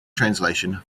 translation